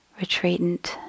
retreatant